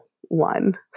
one